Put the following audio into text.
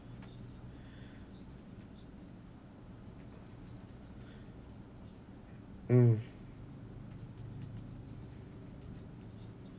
mm